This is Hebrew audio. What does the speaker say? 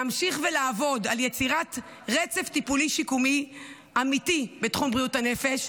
להמשיך ולעבוד על יצירת רצף טיפולי שיקומי אמיתי בתחום בריאות הנפש.